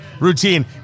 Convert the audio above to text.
Routine